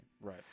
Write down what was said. Right